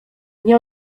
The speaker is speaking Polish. nie